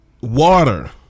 Water